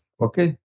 okay